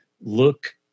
look